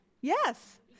yes